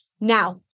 Now